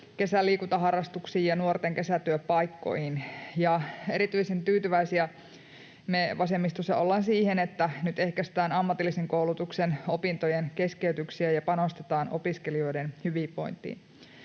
kesäliikuntaharrastuksiin ja nuorten kesätyöpaikkoihin. Erityisen tyytyväisiä me vasemmistossa ollaan siihen, että nyt ehkäistään ammatillisen koulutuksen opintojen keskeytyksiä ja panostetaan opiskelijoiden hyvinvointiin.